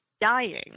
dying